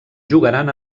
jugaran